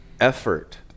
effort